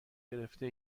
گرفته